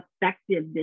effective